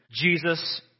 Jesus